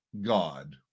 God